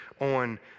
on